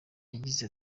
yagize